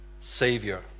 Savior